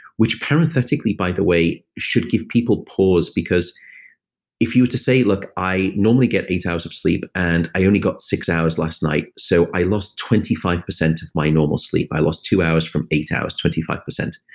which parenthetically by the way, should give people pause because if you were to say, look, i normally get eight hours of sleep, and i only got six hours last night so i lost twenty five percent of my normal sleep. i lost two hours from eight hours, twenty five percent.